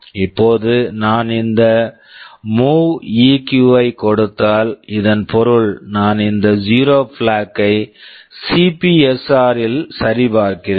இப்போது நான் இந்த மூவ்இகிவ் MOVEQ ஐக் கொடுத்தால் இதன் பொருள் நான் இந்த ஜீரோ பிளாக் zero flag யை சிபிஎஸ்ஆர் CPSR இல் சரிபார்க்கிறேன்